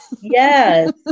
yes